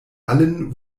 allen